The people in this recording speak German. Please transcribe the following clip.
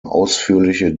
ausführliche